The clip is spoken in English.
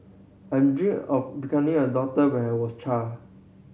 I'm dream of becoming a doctor when I was a child